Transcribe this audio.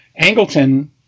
Angleton